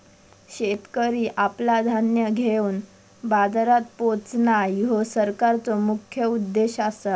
शेतकरी आपला धान्य घेवन बाजारात पोचणां, ह्यो सरकारचो मुख्य उद्देश आसा